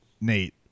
Nate